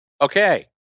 Okay